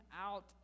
out